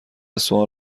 سؤال